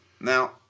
Now